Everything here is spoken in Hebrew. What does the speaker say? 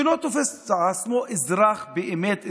שלא תופס את עצמו אזרח, באמת אזרח.